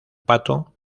pato